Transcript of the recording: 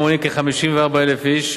המונים כ-54,000 איש,